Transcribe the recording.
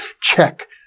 check